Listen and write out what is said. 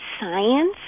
science